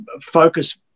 focus